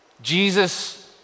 Jesus